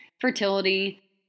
fertility